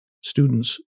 students